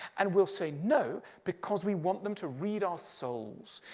and we'll say no because we want them to read our souls,